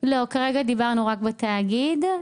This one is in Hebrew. כרגע דיברנו רק בתאגיד.